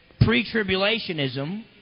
pre-tribulationism